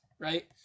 right